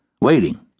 waiting